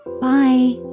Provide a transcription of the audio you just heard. Bye